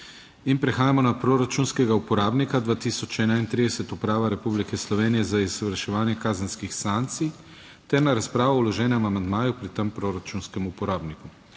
Prehajamo na proračunskega uporabnika 2031, Uprava Republike Slovenije za izvrševanje kazenskih sankcij ter na razpravo o vloženem amandmaju pri tem proračunskem uporabniku.